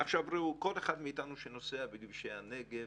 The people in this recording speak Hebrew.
עכשיו, ראו, כל אחד מאיתנו שנוסע בכבישי הנגב,